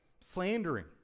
slandering